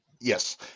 Yes